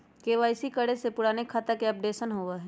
KYC करें से पुराने खाता के अपडेशन होवेई?